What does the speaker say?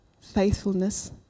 faithfulness